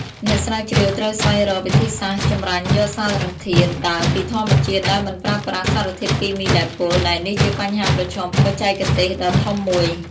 អ្នកស្រាវជ្រាវត្រូវស្វែងរកវិធីសាស្ត្រចម្រាញ់យកសារធាតុដើមពីធម្មជាតិដោយមិនប្រើប្រាស់សារធាតុគីមីដែលពុល ដែលនេះជាបញ្ហាប្រឈមបច្ចេកទេសដ៏ធំមួយ។